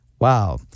Wow